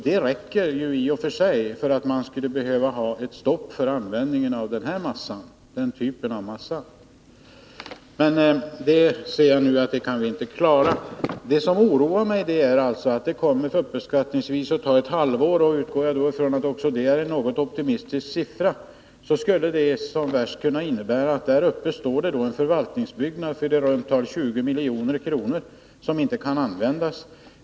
Det räcker för att konstatera att man måste sätta stopp för användningen av den typen av massa. Jagser nu att vi inte kan klara det omedelbart. Det som oroar mig är att det kommer att ta uppskattningsvis ett halvår. Jag utgår ifrån att också det är en något optimistisk uppskattning. Det skulle som värst kunna innebära att det i Gällivare står en förvaltningsbyggnad för i runt tal 20 milj.kr. som inte kan användas.